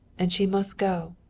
and she must go.